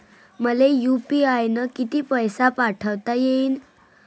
मले यू.पी.आय न किती पैसा पाठवता येईन?